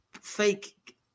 fake